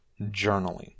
journaling